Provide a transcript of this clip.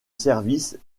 service